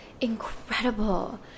incredible